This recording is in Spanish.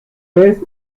vez